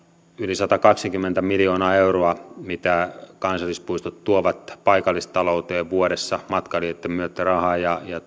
yli satakaksikymmentä miljoonaa euroa mitä kansallispuistot tuovat paikallistalouteen vuodessa matkailijoitten myötä rahaa